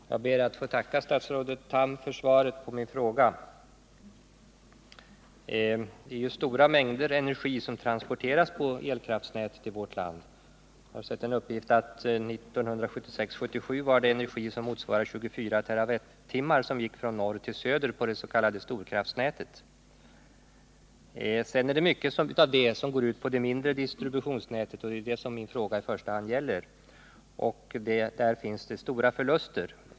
Herr talman! Jag ber att få tacka statsrådet Tham för svaret på min fråga. Det är stora mängder energi som transporteras på elkraftnätet i vårt land. Jag har sett en uppgift om att 1976/77 gick energi som motsvarade 24 terawattimmar från norr till söder på det s.k. storkraftnätet. Mycket av den kraften går sedan ut på mindre distributionsnät — det är denna kraft som min fråga i första hand gäller — och där förekommer det också stora förluster.